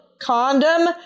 condom